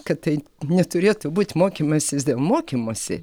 kad tai neturėtų būt mokymasis dėl mokymosi